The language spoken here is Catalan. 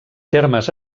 termes